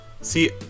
See